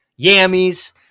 yammies